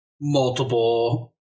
multiple